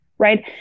Right